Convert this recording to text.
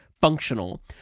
functional